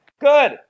Good